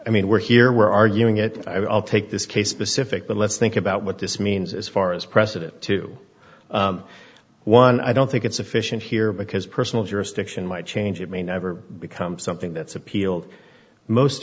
i mean we're here we're arguing it i'll take this case specific but let's think about what this means as far as president to one i don't think it's sufficient here because personal jurisdiction might change it may never become something that's appealed most